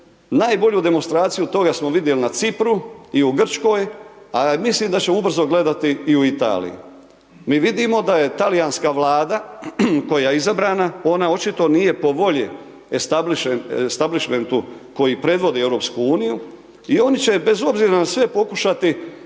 Najbolju demonstraciju toga smo vidjeli na Cipru i u Gričkoj, a mislim da ćemo u brzo gledati i u Italiji. Mi vidimo da je talijanska vlada, koja je izabrana, ona očito nije po volji …/Govornik se ne razumije./… koji predvodi EU i oni će bez obzira na sve pokušati dužničkom